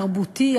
התרבותי,